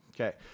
Okay